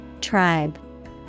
Tribe